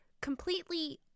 completely